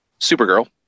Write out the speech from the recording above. Supergirl